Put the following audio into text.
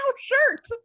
shirt